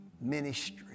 ministry